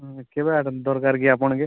ହଁ କେବେ ଆଡ଼େ ଦରକାର କି ଆପଣକେ